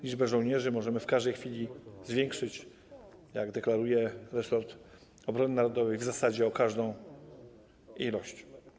Liczbę żołnierzy możemy w każdej chwili zwiększyć, jak deklaruje resort obrony narodowej, w zasadzie o każdą liczbę.